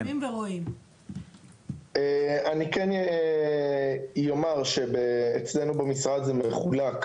אני כן אומר שאצלנו במשרד זה מחולק,